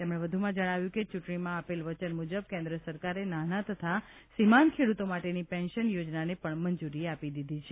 તેમણે વધુમાં જણાવ્યું છે કે ચૂંટણીમાં આપેલ વચન મુજબ કેન્દ્ર સરકારે નાના તથા સિમાંત ખેડૂતો માટેની પેન્શન યોજનાને પણ મંજૂરી આપી દીધી છે